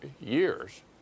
years